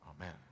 Amen